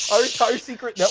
our entire secret yeah